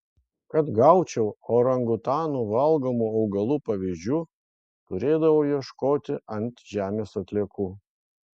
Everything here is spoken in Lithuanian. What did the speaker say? kad gaučiau orangutanų valgomų augalų pavyzdžių turėdavau ieškoti ant žemės atliekų